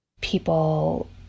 People